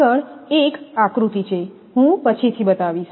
આગળ એક આકૃતિ છે હું પછીથી બતાવીશ